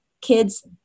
kids